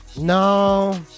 No